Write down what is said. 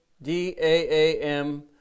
D-A-A-M